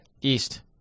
East